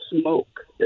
smoke